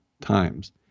times